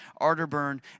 Arterburn